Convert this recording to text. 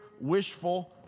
wishful